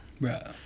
Right